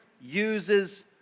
uses